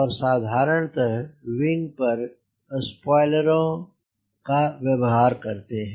और साधारणतः विंग पर स्पॉइलरों का व्यवहार करते हैं